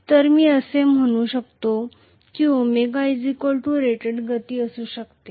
तर मी असे म्हणू शकतो की ω रेटेड गती असू शकते